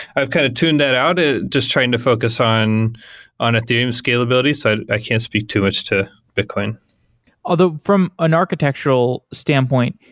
i've kind of tuned that out ah just trying to focus on on ethereum scalability. so i can speak too much to bitcoin although from an architectural standpoint,